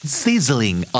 sizzling